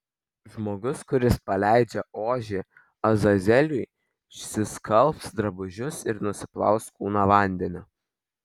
žmogus kuris paleidžia ožį azazeliui išsiskalbs drabužius ir nusiplaus kūną vandeniu